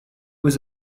was